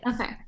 Okay